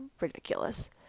ridiculous